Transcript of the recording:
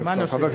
על מה הנושא?